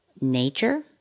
nature